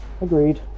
Agreed